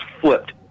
flipped